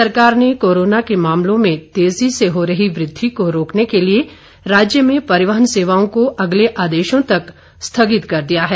प्रदेश सरकार ने कोरोना के मामलों में तेजी से हो रही वृद्वि को रोकने के लिए राज्य में परिवहन सेवाओं को अगले आदेशों तक स्थागित कर दिया है